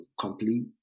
complete